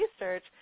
research